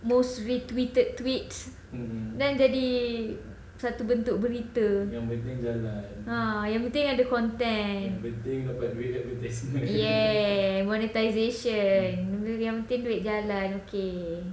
most retweeted tweets then jadi satu bentuk berita ah yang penting ada content ya monetisation and yang penting duit jalan K